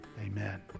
Amen